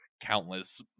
countless